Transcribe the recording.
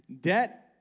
Debt